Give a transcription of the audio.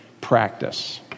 practice